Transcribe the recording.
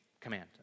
command